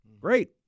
Great